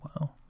Wow